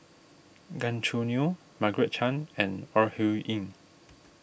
Gan Choo Neo Margaret Chan and Ore Huiying